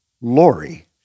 Lori